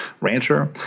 rancher